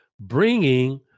bringing